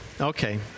Okay